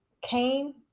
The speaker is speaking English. Cain